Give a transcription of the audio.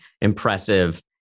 impressive